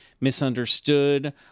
misunderstood